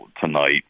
tonight